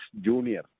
Junior